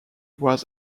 was